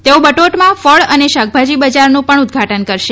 તેઓ બટોટમાં ફળ અને શાકભાજી બજારનું પણ ઉદઘાટન કરશે